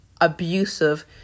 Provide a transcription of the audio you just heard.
abusive